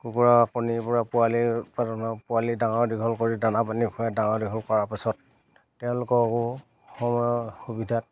কুকুৰা কণীৰ পৰা পোৱালি উৎপাদন হয় পোৱালি ডাঙৰ দীঘল কৰি দানা পানী খুৱাই ডাঙৰ দীঘল কৰাৰ পিছত তেওঁলোকককো সময়ৰ সুবিধাত